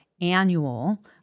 annual